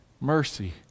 mercy